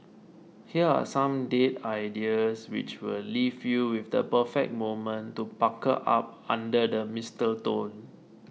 here are some date ideas which will leave you with the perfect moment to pucker up under the mistletoe